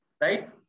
right